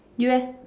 you eh